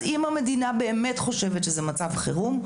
אז אם המדינה באמת חושבת שזה מצב חירום,